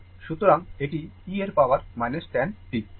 সুতরাং এটি e এর পাওয়ার 10 t